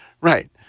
right